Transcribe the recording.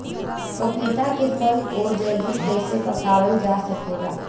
पपिता के फल को जल्दी कइसे पकावल जा सकेला?